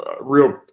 real